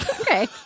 okay